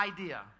idea